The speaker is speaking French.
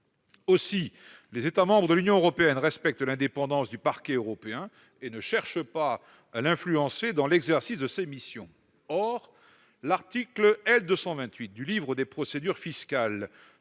l'Union. Les États membres de l'Union européenne [...] respectent l'indépendance du Parquet européen et ne cherchent pas à l'influencer dans l'exercice de ses missions. » Or l'article L. 228 du livre des procédures fiscales